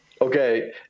Okay